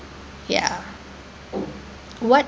ya what